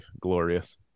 glorious